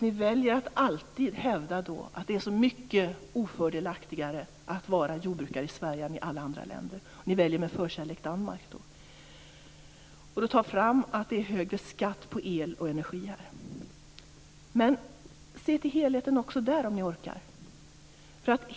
Ni väljer alltid att hävda att det är mycket ofördelaktigare att vara jordbrukare i Sverige än i alla andra länder. Ni väljer med förkärlek att jämföra med Danmark. Ni tar fram att det är högre skatt på el och energi här. Men se till helheten där också, om ni orkar.